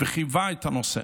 וחווה את הנושא.